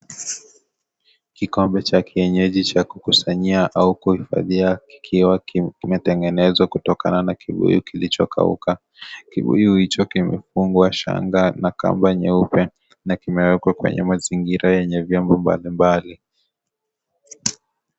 Kikombe cha kienyeji cha kukusanyia au kuhifadhia kimetengenezwa kutokana na kibuyu kilichokauka. Kibuyu hicho kimefungwa shanga na kamba na shanga nyeupe na kimewekwa kwenye mazingira ya vyombo mbalimbali.